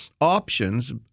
options –